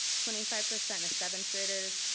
twenty five percent of seventh graders,